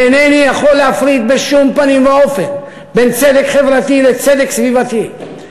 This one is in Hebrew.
אני אינני יכול להפריד בשום פנים ואופן בין צדק חברתי לצדק סביבתי,